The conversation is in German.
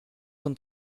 und